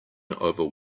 over